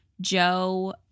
joe